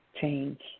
change